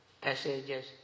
passages